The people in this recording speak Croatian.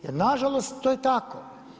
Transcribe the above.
Jer, nažalost to je tako.